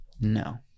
No